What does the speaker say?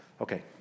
Okay